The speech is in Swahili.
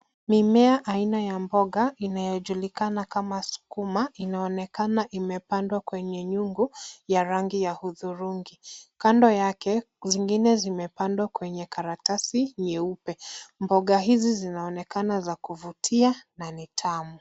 Mimea aina ya mboga inayojulikana kama sukuma, inaonekana imepandwa kwenye nyungu ya rangi ya hudhurungi. Kando yake, zingine zimepandwa kwenye karatasi nyeupe. Mboga hizi zinaonekana za kuvutia na ni tamu.